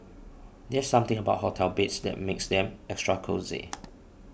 there's something about hotel beds that makes them extra cosy